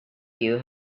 you